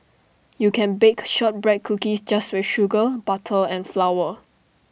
you can bake Shortbread Cookies just with sugar butter and flour